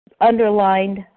underlined